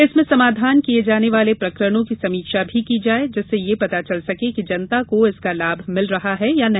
इसमें समाधान किए जाने वाले प्रकरणों की समीक्षा भी की जाए जिससे यह पता चल सके कि जनता को इसका लाभ मिल रहा है या नहीं